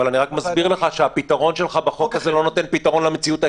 אבל אני מסביר לך שהפתרון שלך בחוק הזה לא נותן פתרון למציאות הקיימת.